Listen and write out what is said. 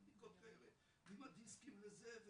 עם בדיקות כאלה ועם הדיסקים לזה.